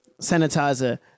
sanitizer